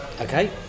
okay